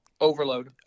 Overload